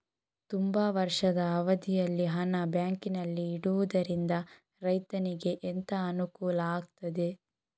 ತುಂಬಾ ವರ್ಷದ ಅವಧಿಯಲ್ಲಿ ಹಣ ಬ್ಯಾಂಕಿನಲ್ಲಿ ಇಡುವುದರಿಂದ ರೈತನಿಗೆ ಎಂತ ಅನುಕೂಲ ಆಗ್ತದೆ?